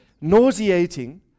Nauseating